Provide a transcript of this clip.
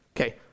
Okay